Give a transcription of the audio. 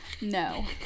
No